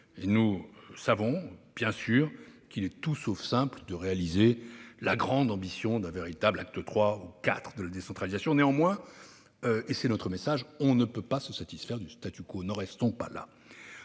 nous savons évidemment qu'il est tout sauf simple de réaliser la grande ambition d'un véritable acte III ou IV de la décentralisation. Néanmoins, et c'est notre message, on ne peut pas se satisfaire du. N'en restons pas là